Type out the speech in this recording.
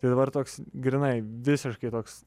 tai dabar toks grynai visiškai toks